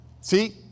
See